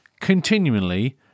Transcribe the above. continually